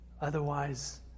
Otherwise